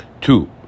two